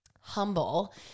humble